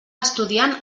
estudiant